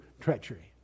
treachery